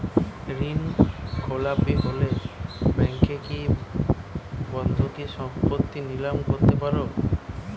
ঋণখেলাপি হলে ব্যাঙ্ক কি বন্ধকি সম্পত্তি নিলাম করতে পারে?